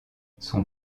son